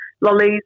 lollies